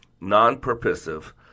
non-purposive